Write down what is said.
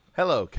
hello